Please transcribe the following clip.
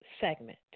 segment